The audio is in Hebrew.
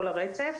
כל התוכנית